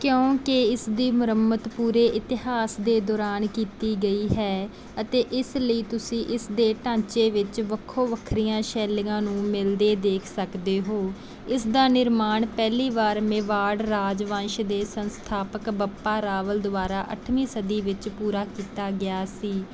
ਕਿਉਂਕਿ ਇਸ ਦੀ ਮੁਰੰਮਤ ਪੂਰੇ ਇਤਿਹਾਸ ਦੇ ਦੌਰਾਨ ਕੀਤੀ ਗਈ ਹੈ ਅਤੇ ਇਸ ਲਈ ਤੁਸੀਂ ਇਸਦੇ ਢਾਂਚੇ ਵਿੱਚ ਵੱਖੋ ਵੱਖਰੀਆਂ ਸ਼ੈਲੀਆਂ ਨੂੰ ਮਿਲਦੇ ਦੇਖ ਸਕਦੇ ਹੋ ਇਸਦਾ ਨਿਰਮਾਣ ਪਹਿਲੀ ਵਾਰ ਮੇਵਾੜ ਰਾਜਵੰਸ਼ ਦੇ ਸੰਸਥਾਪਕ ਬੱਪਾ ਰਾਵਲ ਦੁਆਰਾ ਅੱਠਵੀਂ ਸਦੀ ਵਿੱਚ ਪੂਰਾ ਕੀਤਾ ਗਿਆ ਸੀ